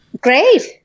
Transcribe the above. Great